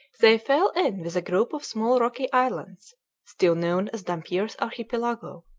they fell in with a group of small rocky islands still known as dampier's archipelago,